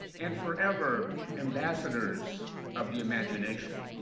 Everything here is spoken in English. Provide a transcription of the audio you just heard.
and forever ambassadors of the imagination.